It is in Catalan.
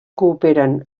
cooperen